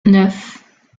neuf